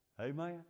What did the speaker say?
Amen